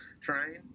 Trying